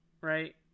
right